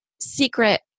secret